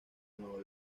nuevo